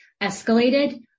escalated